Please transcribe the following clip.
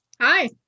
Hi